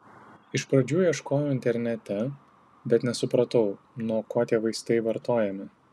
iš pradžių ieškojau internete bet nesupratau nuo ko tie vaistai vartojami